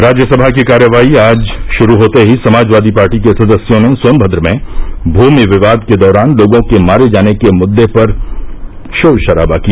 राज्यसभा की कार्यवाही आज शुरू होते ही समाजवादी पार्टी के सदस्यों ने सोनभद्र में भूमि विवाद के दौरान लोगों के मारे जाने के मुद्दे पर शोर शराबा किया